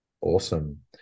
Awesome